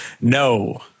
No